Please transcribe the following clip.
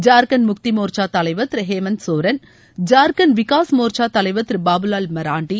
ஜார்க்கண்ட் முக்தி மோர்ச்சா தலைவர் திரு ஹேமந்த் சோரன் ஜார்க்கண்ட் விகாஸ் மோர்ச்சா தலைவர் திரு பாபுலால் மராண்டி